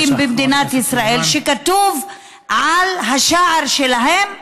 קהילתיים במדינת ישראל שכתוב על השער שלהם: